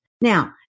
Now